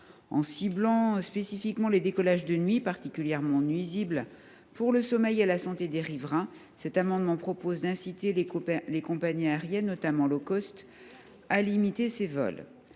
En ciblant spécifiquement les décollages de nuit, particulièrement nuisibles au sommeil et à la santé des riverains, cet amendement tend à inciter les compagnies aériennes, notamment, à limiter ces vols.